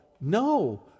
No